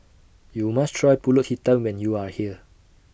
YOU must Try Pulut Hitam when YOU Are here